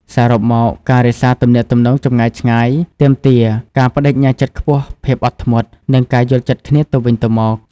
សរុបមក ការរក្សាទំនាក់ទំនងចម្ងាយឆ្ងាយទាមទារការប្តេជ្ញាចិត្តខ្ពស់ ភាពអត់ធ្មត់ និងការយល់ចិត្តគ្នាទៅវិញទៅមក។